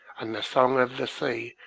and the song of the sea,